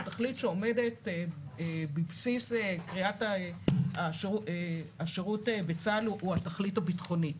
והתכלית שעומדת בבסיס השירות בצה"ל הוא הוא על תכלית הביטחונית.